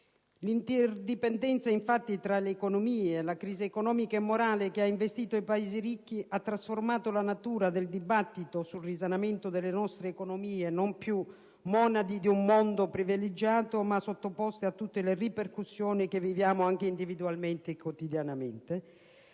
l'interdipendenza tra le economie e la crisi economica e morale che ha investito i Paesi ricchi hanno trasformato la natura del dibattito sul risanamento delle nostre economie, non più monadi di un mondo privilegiato, ma sottoposte a tutte le ripercussioni che viviamo individualmente e quotidianamente.